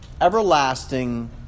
everlasting